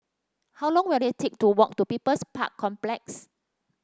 how long will it take to walk to People's Park Complex